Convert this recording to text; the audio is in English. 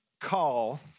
call